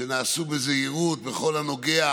שנעשו בזהירות, בכל הנוגע